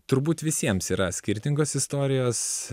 turbūt visiems yra skirtingos istorijos